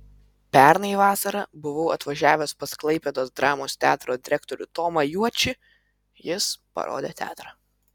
pernai vasarą buvau atvažiavęs pas klaipėdos dramos teatro direktorių tomą juočį jis parodė teatrą